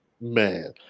man